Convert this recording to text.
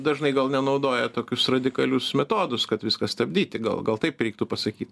dažnai gal ne naudoja tokius radikalius metodus kad viską stabdyti gal gal taip reiktų pasakyt